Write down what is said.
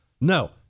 No